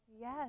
Yes